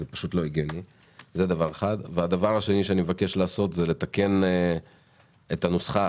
הדבר השני שאני מבקש זה לתקן את הנוסחה